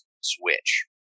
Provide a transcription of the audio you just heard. Switch